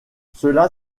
cela